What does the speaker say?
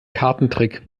kartentrick